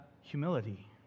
humility